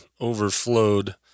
overflowed